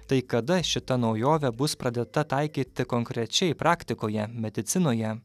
tai kada šita naujovė bus pradėta taikyti konkrečiai praktikoje medicinoje